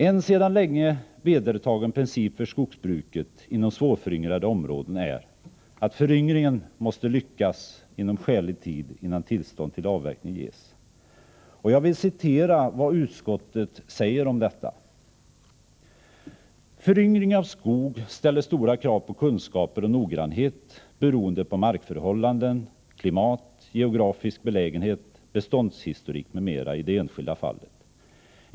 En sedan länge vedertagen princip för skogsbruket inom svårföryngrade områden är att föryngringen måste lyckas inom skälig tid, innan tillstånd till avverkning ges. Jag citerar vad utskottet skriver om detta: ”Föryngring av skog ställer stora krav på kunskaper och noggrannhet beroende på markförhållanden, klimat, geografisk belägenhet, beståndshistorik m.m. i det enskilda fallet.